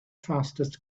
fastest